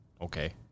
Okay